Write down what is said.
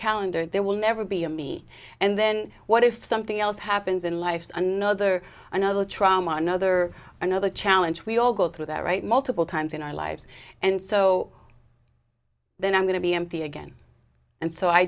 calendar there will never be a me and then what if something else happens in life another another trauma another another challenge we all go through that right multiple times in our lives and so then i'm going to be empty again and so i